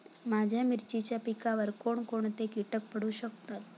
माझ्या मिरचीच्या पिकावर कोण कोणते कीटक पडू शकतात?